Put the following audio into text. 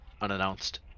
unannounced